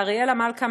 לאריאלה מלכה,